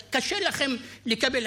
קשה לכם לקבל.